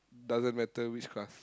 doesn't matter which class